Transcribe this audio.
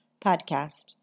podcast